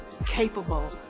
capable